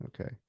Okay